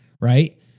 right